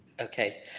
Okay